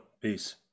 Peace